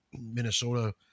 Minnesota